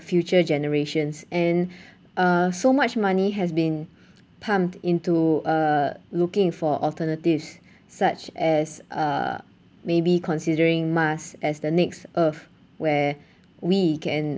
future generations and uh so much money has been pumped into uh looking for alternatives such as uh maybe considering mars as the next earth where we can